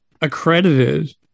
accredited